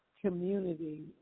community